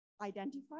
identify